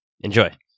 Enjoy